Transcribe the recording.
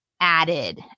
added